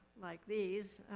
like these,